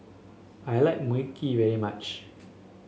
I like Mui Kee very much